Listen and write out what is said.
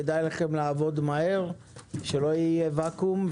כדאי לכם לעבוד מהר, שלא יהיה ואקום.